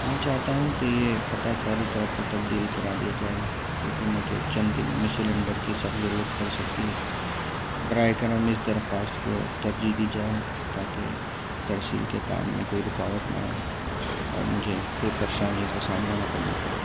میں چاہتا ہوں کہ یہ پتا فوری طور پر تبدیل کرا دیا جائے کیونکہ مجھے چند دنوں میں سلنڈر کی سخت ضرورت پڑ سکتی ہے براہ کرم اس درخواست کو ترجیح دی جائے تاکہ ترسیل کے کام میں کوئی رکاوٹ نہ آئے اور مجھے کوئی پریشانی کا سامنا نہ کرنا پڑے